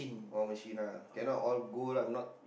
all machine lah cannot all go lah if not